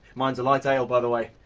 mine's a light ale, by the way.